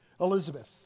Elizabeth